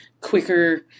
quicker